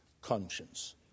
conscience